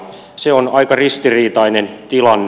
se on aika ristiriitainen tilanne